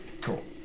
Cool